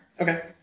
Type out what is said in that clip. Okay